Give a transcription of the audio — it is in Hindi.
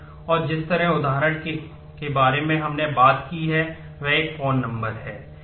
और जिस उदाहरण के बारे में हमने बात की वह एक फोन नंबर है